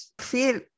feel